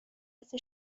مثل